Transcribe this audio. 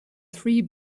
three